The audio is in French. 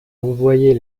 envoyer